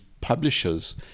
publishers